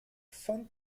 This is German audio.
von